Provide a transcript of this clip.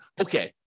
okay